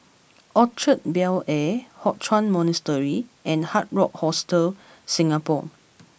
Orchard Bel Air Hock Chuan Monastery and Hard Rock Hostel Singapore